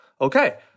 Okay